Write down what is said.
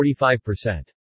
45%